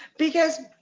because